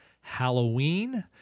Halloween